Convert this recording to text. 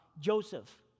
Joseph